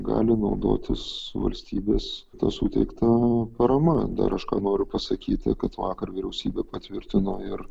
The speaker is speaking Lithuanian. gali naudotis valstybės ta suteikta parama dar aš ką noriu pasakyti kad vakar vyriausybė patvirtino ir